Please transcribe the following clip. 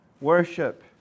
worship